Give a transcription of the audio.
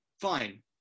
fine